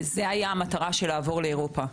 וזה היה המטרה של לעבור לאירופה.